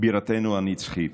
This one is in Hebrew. בירתנו הנצחית.